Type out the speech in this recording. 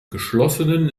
geschlossenen